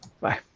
bye